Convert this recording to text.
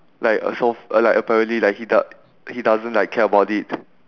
like uh so f~ uh like apparently like he does~ he doesn't like care about it